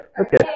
Okay